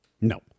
No